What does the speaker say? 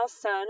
son